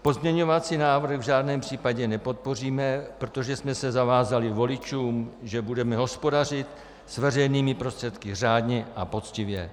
Pozměňovací návrh v žádném případě nepodpoříme, protože jsme se zavázali voličům, že budeme hospodařit s veřejnými prostředky řádně a poctivě.